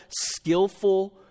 skillful